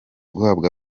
guhabwa